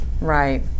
right